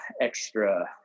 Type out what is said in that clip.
extra